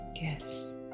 Yes